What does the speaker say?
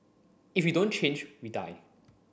if we don't change we die